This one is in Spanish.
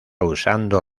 usando